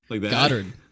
Goddard